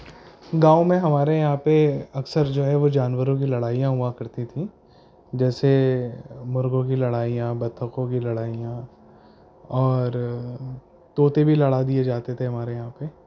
گاؤں میں ہمارے یہاں پہ اکثر جو ہے وہ جانوروں کی لڑائیاں ہوا کرتی تھیں جیسے مرغوں کی لڑائیاں بتخوں کی لڑائیاں اور طوطے بھی لڑا دیے جاتے تھے ہمارے یہاں